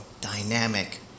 dynamic